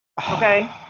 Okay